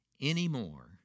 anymore